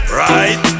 right